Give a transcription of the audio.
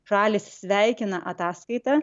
šalys sveikina ataskaitą